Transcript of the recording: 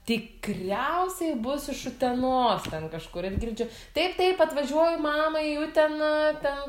tikriausiai bus iš utenos ten kažkur ir girdžiu taip taip atvažiuoju mama į uteną ten